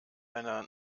deiner